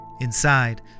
Inside